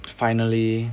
finally